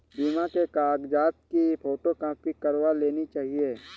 बीमा के कागजात की फोटोकॉपी करवा लेनी चाहिए